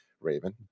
raven